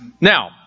Now